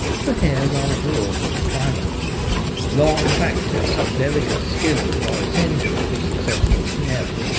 for hares are abroad with the twilight long practice and delicate skill are essential to successful snaring.